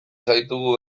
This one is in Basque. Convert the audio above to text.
zaitugu